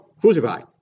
crucified